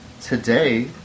today